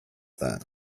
that